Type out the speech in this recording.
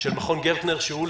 של מכון גרטנר שהוא,